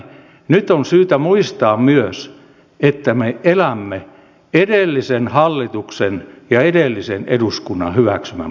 nyt on syytä muistaa myös että me elämme edellisen hallituksen ja edellisen eduskunnan hyväksymän budjetin aikaa